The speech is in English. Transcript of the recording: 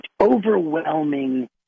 overwhelming